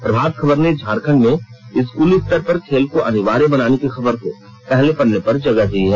प्रभात खबर ने झारखंड में स्कूली स्तर पर खेल को अनिवार्य बनाने की खबर को पहले पन्ने पर जगह दी है